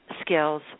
skills